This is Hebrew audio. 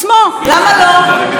למה לא?